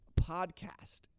podcast